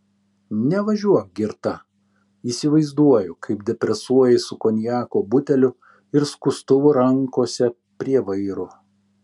nevažiuok girta įsivaizduoju kaip depresuoji su konjako buteliu ir skustuvu rankose prie vairo